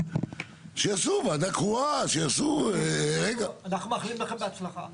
שיעשו וועדה קרואה --- אנחנו מאחלים לכם בהצלחה.